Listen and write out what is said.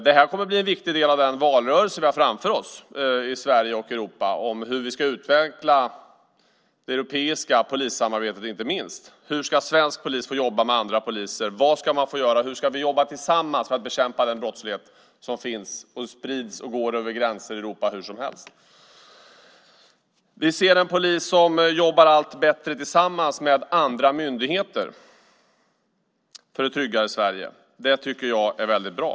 Det kommer att bli en viktig del av den valrörelse vi har framför oss i Sverige och Europa hur vi ska utveckla inte minst det europeiska polissamarbetet, hur svensk polis ska få jobba med andra poliser, vad man ska få göra och hur man ska jobba tillsammans för att bekämpa den brottslighet som finns och sprids över gränser i Europa hur som helst. Vi ser en polis som jobbar allt bättre tillsammans med andra myndigheter för ett tryggare Sverige. Det tycker jag är väldigt bra.